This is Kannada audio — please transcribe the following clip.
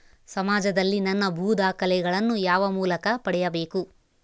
ಸಮಾಜದಲ್ಲಿ ನನ್ನ ಭೂ ದಾಖಲೆಗಳನ್ನು ಯಾವ ಮೂಲಕ ಪಡೆಯಬೇಕು?